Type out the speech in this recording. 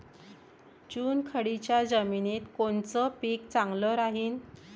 चुनखडीच्या जमिनीत कोनचं पीक चांगलं राहीन?